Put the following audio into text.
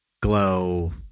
glow